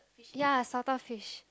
ya salted fish